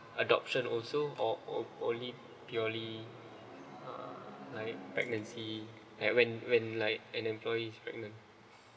adoption also or only purely uh like pregnancy like when when like an employee pregnant